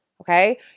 okay